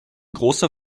großer